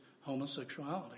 homosexuality